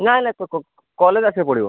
ନାହିଁ ନାହିଁ କଲେଜ ଆସିବାକୁ ପଡ଼ିବ